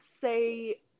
say